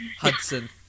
Hudson